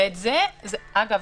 אגב,